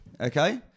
okay